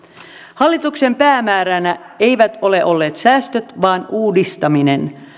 hallituksen päämääränä eivät ole olleet säästöt vaan uudistaminen